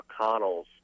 McConnell's